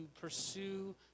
pursue